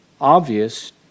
obvious